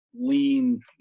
lean